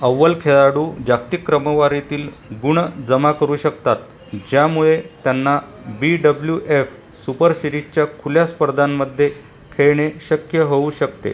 अव्वल खेळाडू जागतिक क्रमवारीतील गुण जमा करू शकतात ज्यामुळे त्यांना बी डब्ल्यू एफ सुपर सिरीजच्या खुल्या स्पर्धांमध्ये खेळणे शक्य होऊ शकते